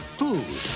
food